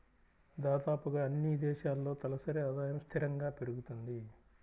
దాదాపుగా అన్నీ దేశాల్లో తలసరి ఆదాయము స్థిరంగా పెరుగుతుంది